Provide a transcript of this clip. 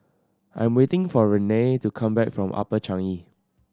I am waiting for Renea to come back from Upper Changi